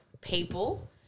people